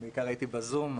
בעיקר הייתי בזום,